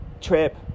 trip